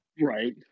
Right